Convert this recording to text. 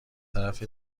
طرف